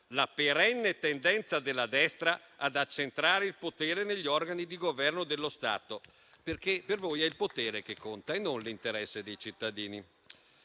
la perenne tendenza della destra ad accentrare il potere degli organi di governo dello Stato, perché per voi è il potere che conta, non l'interesse dei cittadini.